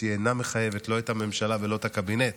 היא אינה מחייבת לא את הממשלה ולא את הקבינט.